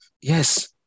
Yes